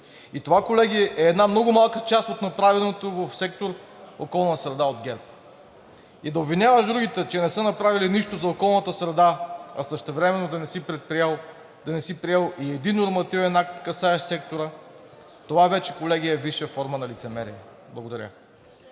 И това, колеги, е една много малка част от направеното в сектор „Околна среда“ от ГЕРБ. И да обвиняваш другите, че не са направили нищо за околната среда, а същевременно да не си приел и един нормативен акт, касаещ сектора, това вече, колеги, е висша форма на лицемерие. Благодаря.